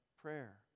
prayer